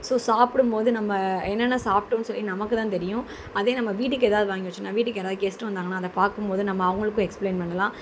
so சாப்பிடும் போது நம்ம என்னென்ன சாப்ட்டோம்னு சொல்லி நமக்குதான் தெரியும் அதே நம்ம வீட்டுக்கு எதாவது வாங்கி வச்சோம்னா வீட்டுக்கு யாராவது கெஸ்ட் வந்தாங்கன்னால் அதை பார்க்கும் போது நம்ம அவங்களுக்கும் எக்ஸ்பிளைன் பண்ணலாம்